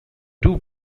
two